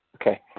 Okay